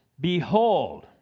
Behold